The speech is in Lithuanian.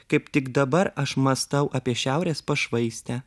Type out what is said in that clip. kaip tik dabar aš mąstau apie šiaurės pašvaistę